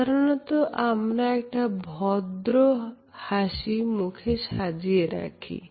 সাধারণত আমরা একটি ভদ্র হাসি মুখে সাজিয়ে রাখি